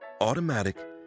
Automatic